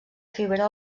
fibra